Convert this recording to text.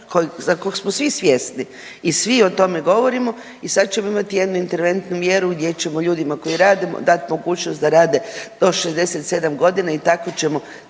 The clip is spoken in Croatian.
za kog smo svi svjesni i svi o tome govorimo i sad ćemo imati jednu interventnu mjeru gdje ćemo ljudima koji rade dati mogućnost da rade do 67 godina i tako ćemo